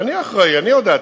ואני אחראי, אני הודעתי,